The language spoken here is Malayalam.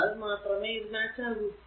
എന്നാൽ മാത്രമേ ഇത് മാച്ച് ആകൂ